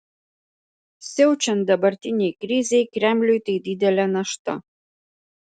siaučiant dabartinei krizei kremliui tai didelė našta